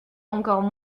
encore